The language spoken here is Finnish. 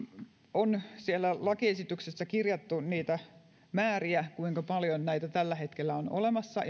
on siellä lakiesityksessä kirjattu niitä määriä kuinka paljon näitä tällä hetkellä on olemassa